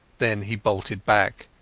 then he bolted back.